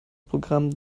programm